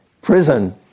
prison